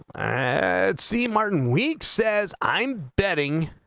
had c. martin weeks says i'm betting